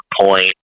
point